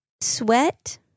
sweat